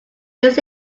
lives